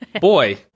boy